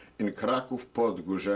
in krakow, podgorze, yeah